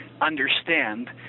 understand